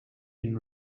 been